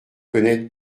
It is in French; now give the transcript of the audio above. connaître